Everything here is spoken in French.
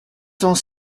cent